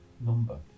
number